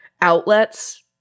outlets